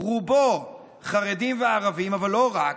רובו חרדים וערבים, אבל לא רק,